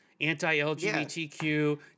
anti-LGBTQ